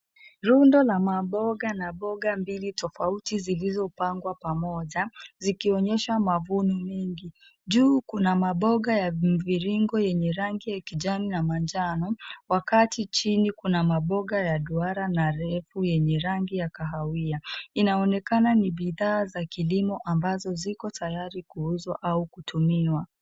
Rundo la maboga na mboga mbili tofauti zilizopangwa pamoja zikionyesha mavuno mengi. Juu, kuna maboga ya mviringo yenye rangi ya kijani na manjano wakati chini kuna maboga ya duara na refu yenye rangi ya kahawia. Inaonekana ni bidhaa za kilimo ambazo ziko tayari kuuzwa au kutumiwa.